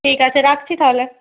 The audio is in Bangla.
ঠিক আছে রাখছি তাহলে